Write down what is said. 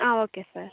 okay sir